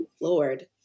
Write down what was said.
Lord